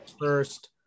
First